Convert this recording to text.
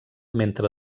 mentre